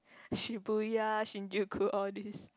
Shibuya Shinjuku all these